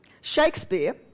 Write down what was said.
Shakespeare